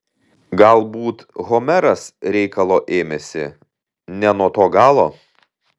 galbūt homeras reikalo ėmėsi ne nuo to galo